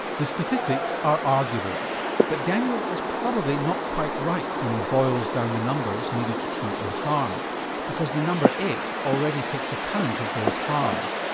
the statistics are arguable but daniel is probably not quite right when he boils down the numbers needed to treat and harm because the number eight already takes account of those harmed.